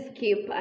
keep